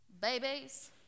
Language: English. babies